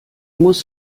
muss